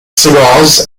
cigars